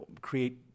create